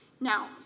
Now